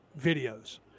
videos